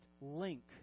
link